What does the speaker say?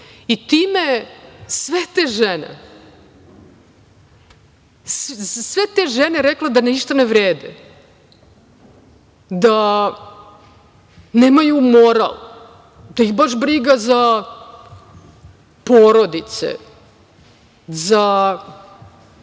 je za sve te žene, za sve te žene rekla da ništa ne vrede, da nemaju moral, da ih baš briga za porodice, za